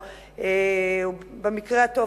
או במקרה הטוב,